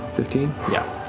fifteen, yeah.